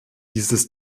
dieses